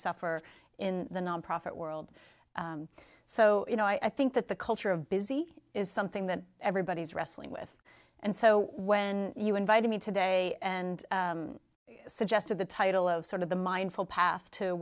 suffer in the nonprofit world so you know i think that the culture of busy is something that everybody is wrestling with and so when you invited me today and suggested the title of sort of the mindful path t